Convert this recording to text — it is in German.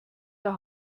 der